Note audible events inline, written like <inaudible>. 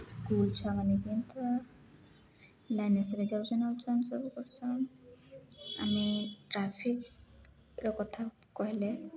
school ଛୁଆମାନେେ <unintelligible> ଲାଇନ୍ରେ ସବୁ ଯାଉଛନ୍ ଆଉଛନ୍ ସବୁ କରୁଛନ୍ ଆମେ ଟ୍ରାଫିକର କଥା କହିଲେ